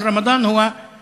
עיקרו של חודש רמדאן הוא הצום.